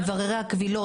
מבררי הקבילות,